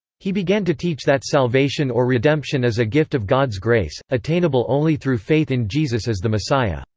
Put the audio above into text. he began to teach that salvation or redemption is a gift of god's grace, attainable only through faith in jesus as the messiah.